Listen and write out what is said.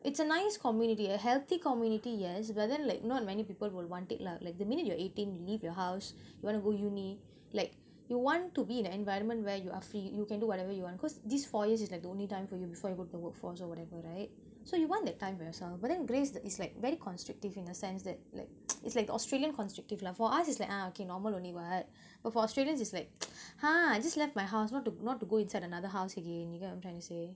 it's a nice community a healthy community yes but then like not many people will want it lah like the minute you are eighteen you leave your house you wanna go uni like you want to be in an environment where you are free you can do whatever you want cause this four years is like the only time for you before you go to workforce or whatever right so you want that time for yourself but then grace the it's like very constrictive in a sense that like it's like the australian constructive lah for us is like ah okay normal only [what] but for australians it's like ha I just left my house want to not to go inside another house again you get what I'm trying to say